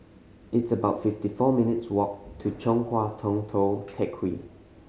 it's about fifty four minutes' walk to Chong Hua Tong Tou Teck Hwee